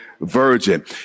Virgin